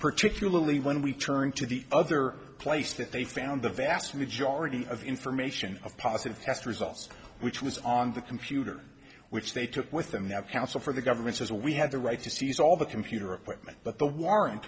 particularly when we turn to the other place that they found the vast majority of information a positive test results which was on the computer which they took with them that counsel for the government says well we had the right to seize all the computer equipment but the warrant